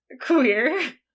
queer